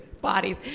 bodies